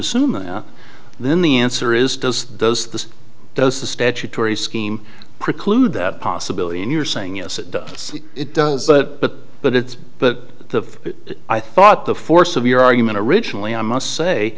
assume then the answer is does does this does the statutory scheme preclude that possibility and you're saying yes it does it does but but it's but the i thought the force of your argument originally i must say